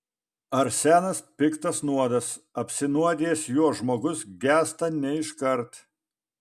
arsenas piktas nuodas apsinuodijęs juo žmogus gęsta ne iškart